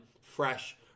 fresh